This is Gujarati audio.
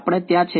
આપણે ત્યાં છે